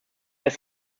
ist